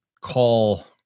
call